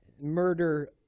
murder